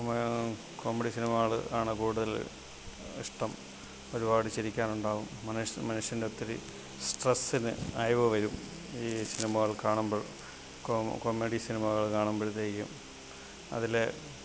കൊമ് comedy സിനിമകള് ആണ് കൂടുതല് ഇഷ്ടം ഒരുപാട് ചിരിക്കാനുണ്ടാവും മന് മനുഷ്യന്റൊത്തിരി സ്ട്രെസ്സിന് അയവ് വരും ഈ സിനിമകൾ കാണുമ്പോൾ കൊ കോമെഡി സിനിമകൾ കാണുമ്പോഴത്തേക്കും അതില്